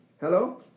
Hello